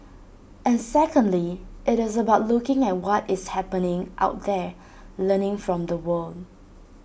and secondly IT is about looking at what is happening out there learning from the world